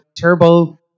turbo